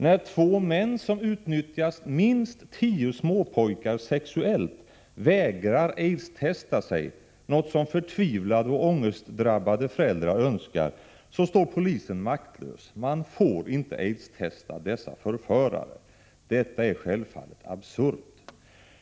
När två män som utnyttjat minst tio småpojkar sexuellt vägrar aidstesta sig — något som förtvivlade och ångestdrabbade föräldrar önskar — står polisen maktlös. Man får inte aidstesta dessa förförare. Detta är självfallet absurt.